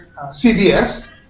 CBS